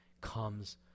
comes